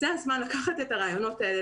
זה הזמן לקחת את הרעיונות האלה,